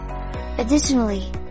Additionally